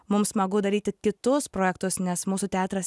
mum smagu daryti kitus projektus nes mūsų teatras